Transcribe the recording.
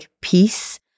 peace